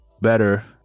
better